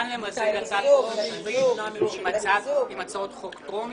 ניתן למזג הצעת חוק ממשלתית עם הצעות חוק טרומיות.